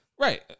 right